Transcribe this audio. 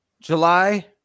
July